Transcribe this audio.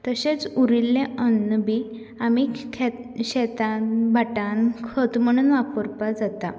तशेंच उरिल्लें अन्न बी आमी के शेतांत भाटांत खत म्हणून वापरपा जाता